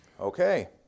Okay